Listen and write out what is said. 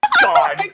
God